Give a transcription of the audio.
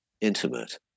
intimate